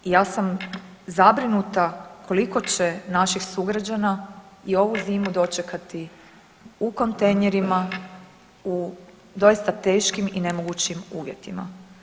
Ja sam zabrinuta koliko će naših sugrađana i ovu zimu dočekati u kontejnerima, u doista teškim i nemogućim uvjetima.